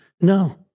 no